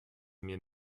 mir